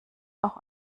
auch